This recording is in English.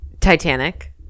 Titanic